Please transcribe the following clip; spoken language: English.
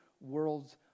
world's